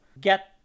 get